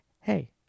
Hey